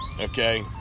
Okay